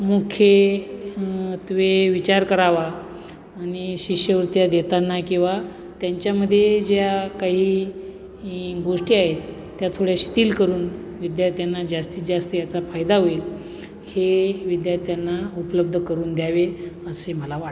मुख्यत्वे विचार करावा आणि शिष्यवृत्त्या देताना किंवा त्यांच्यामध्ये ज्या काही गोष्टी आहेत त्या थोड्या शिथील करून विद्यार्थ्यांना जास्तीत जास्त याचा फायदा होईल हे विद्यार्थ्यांना उपलब्ध करून द्यावे असे मला वाटतं